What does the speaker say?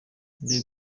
bebe